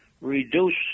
reduce